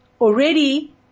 Already